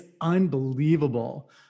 unbelievable